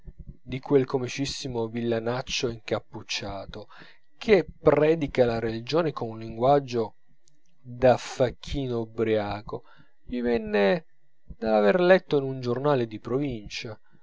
di quel comicissimo villanaccio incappucciato che predica la religione con un linguaggio da facchino ubbriaco gli venne dall'aver letto in un giornale di provincia